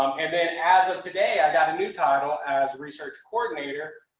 and then as of today, i got a new title as research coordinator.